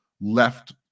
left